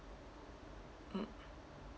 mm